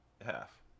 Half